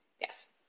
Yes